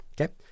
okay